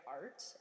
art